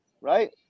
right